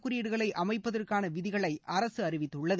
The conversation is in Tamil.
குறியீடுகளை அமைப்பதற்கான விதிகளை அரசு அறிவித்துள்ளது